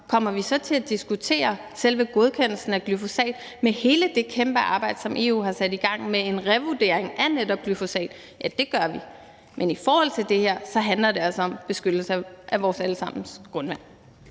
Kommer vi så til at diskutere selve godkendelsen af glyfosat og hele det kæmpe arbejde, som EU har sat i gang med en revurdering af netop glyfosat? Ja, det gør vi. Men i forhold til det her handler det altså om beskyttelse af vores alle sammens grundvand.